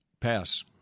pass